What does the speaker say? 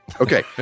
Okay